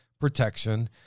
protection